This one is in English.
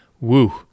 Woo